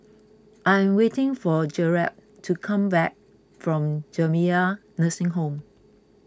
I am waiting for Garett to come back from Jamiyah Nursing Home